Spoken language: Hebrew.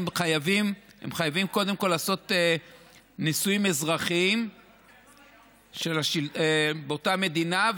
הם חייבים קודם כול להינשא בנישואים אזרחיים באותה מדינה.